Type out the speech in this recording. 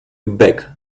back